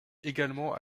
également